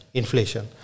inflation